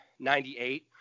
98